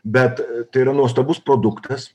bet tai yra nuostabus produktas